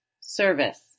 Service